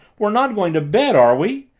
we're not going to bed, are we?